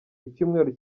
icyumweru